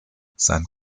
sein